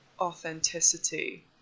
authenticity